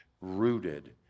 rooted